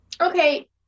okay